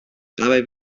dabei